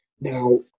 Now